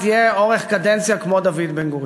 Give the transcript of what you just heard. יהיה לו אורך קדנציה כמו לדוד בן-גוריון.